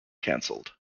cancelled